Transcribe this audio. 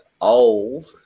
old